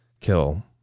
kill